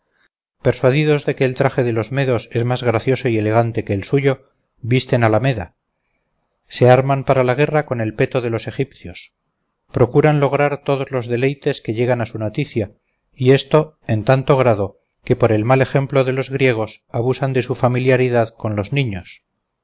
persuadidos de que el traje de los medos es más gracioso y elegante que el suyo visten a la moda se arman para la guerra con el peto de los egipcios procuran lograr todos los deleites que llegan a su noticia y esto en tanto grado que por el mal ejemplo de los griegos abusan de su familiaridad con los niños